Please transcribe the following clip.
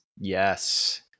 Yes